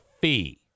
fee